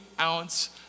ounce